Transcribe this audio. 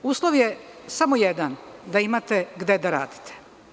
Uslov je samo jedan – da imate gde da radite.